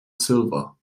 silver